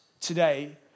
today